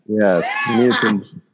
Yes